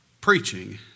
preaching